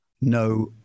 no